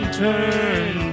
turn